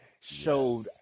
showed